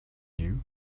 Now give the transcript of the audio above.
you